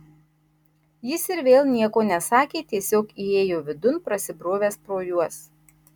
jis ir vėl nieko nesakė tiesiog įėjo vidun prasibrovęs pro juos